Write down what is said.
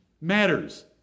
Matters